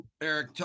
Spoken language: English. eric